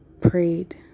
prayed